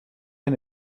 end